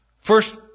First